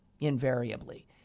invariably